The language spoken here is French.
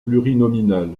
plurinominal